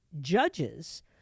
judges